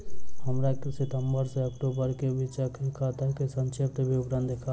हमरा सितम्बर सँ अक्टूबर केँ बीचक खाता केँ संक्षिप्त विवरण देखाऊ?